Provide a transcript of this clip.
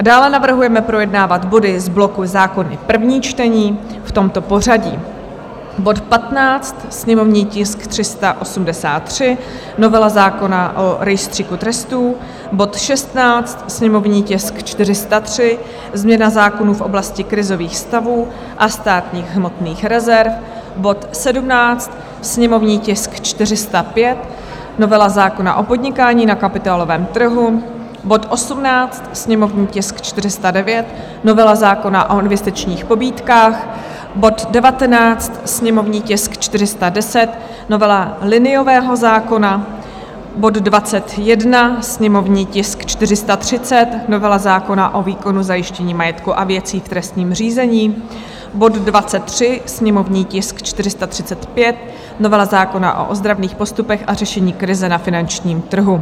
Dále navrhujeme projednávat body z bloku Zákony první čtení v tomto pořadí: bod 15, sněmovní tisk 383, novela zákona o rejstříku trestů; bod 16, sněmovní tisk 403, změna zákonů v oblasti krizových stavů a státních hmotných rezerv; bod 17, sněmovní tisk 405, novela zákona o podnikání na kapitálovém trhu; bod 18, sněmovní tisk 409, novela zákona o investičních pobídkách; bod 19, sněmovní tisk 410, novela liniového zákona; bod 21, sněmovní tisk 430, novela zákona o výkonu zajištění majetku a věcí v trestním řízení; bod 23, sněmovní tisk 435, novela zákona o ozdravných postupech a řešení krize na finančním trhu.